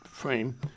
frame